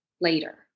later